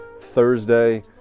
Thursday